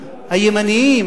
הימנים,